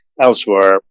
elsewhere